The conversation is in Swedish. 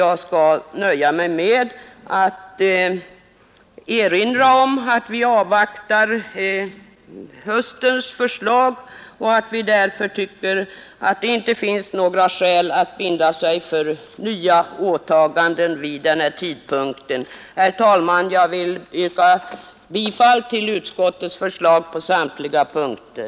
Jag skall nöja mig med att erinra om att vi avvaktar höstens förslag och därför tycker att det inte finns några skäl att vid den här tidpunkten binda sig för nya åtaganden. Herr talman! Jag yrkar bifall till utskottets förslag på samtliga punkter.